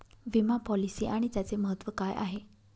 विमा पॉलिसी आणि त्याचे महत्व काय आहे?